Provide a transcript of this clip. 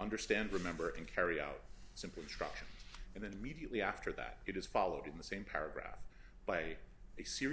understand remember and carry out simple instructions and then immediately after that it is followed in the same paragraph by a series